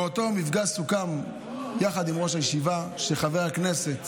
באותו מפגש סוכם יחד עם ראש הישיבה שחבר הכנסת